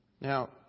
Now